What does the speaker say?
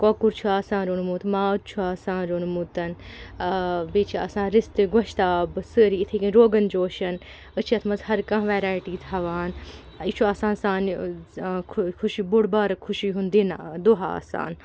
کۄکُر چھُ آسان روٚنمُت ماز چھُ آسان روٚنمُت بیٚیہِ چھِ آسان رِستہٕ گۄشتابہٕ سٲری اِتھٕے کٔنۍ روگَن جوشَن أسۍ چھِ یتھ مَنٛز ہر کانٛہہ ویرایٹی تھاوان یہِ چھُ آسان سانہِ خوٚشی بوٚڈ بارٕ خوٚشی ہُنٛد دِن دۄہ آسان